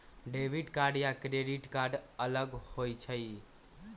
Debit card या credit card अलग होईछ ई?